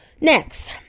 Next